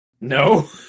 No